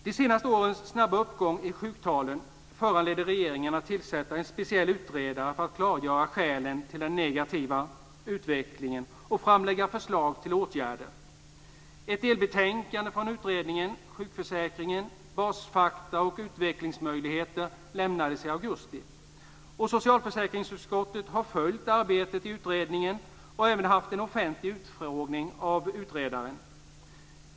De senaste årens snabba uppgång i sjuktalen föranledde regeringen att tillsätta en speciell utredare för att klargöra skälen till den negativa utvecklingen och framlägga förslag till åtgärder. Ett delbetänkande från utredaren, Sjukförsäkringen basfakta och utvecklingsmöjligheter, lämnades i augusti. Socialförsäkringsutskottet har följt arbetet i utredningen och även haft en offentlig utfrågning av utredaren.